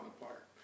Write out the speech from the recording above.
apart